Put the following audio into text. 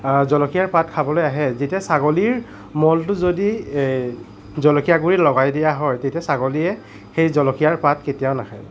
জলকীয়াৰ পাত খাবলৈ আহে যেতিয়া ছাগলীৰ মলটো যদি জলকীয়া গুৰিত লগাই দিয়া হয় তেতিয়া ছাগলীয়ে সেই জলকীয়াৰ পাত কেতিয়াও নাখায়